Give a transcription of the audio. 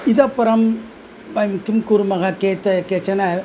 इतः परं किं कुर्मः चेत् केचन